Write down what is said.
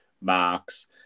marks